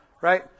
Right